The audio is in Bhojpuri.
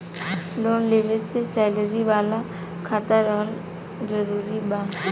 लोन लेवे ला सैलरी वाला खाता रहल जरूरी बा?